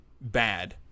bad